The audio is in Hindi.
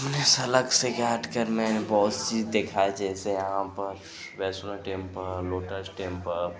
हमने से अलग से या हटकर मैंने बहुत चीज देखा है जैसे यहाँ पर वैष्णो टेंपल लोटस टेंपल